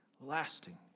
lasting